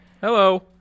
Hello